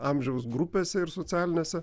amžiaus grupėse ir socialinėse